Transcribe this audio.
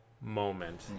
moment